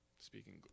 speaking